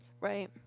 Right